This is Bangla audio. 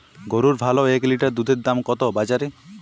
গরুর ভালো এক লিটার দুধের দাম কত বাজারে?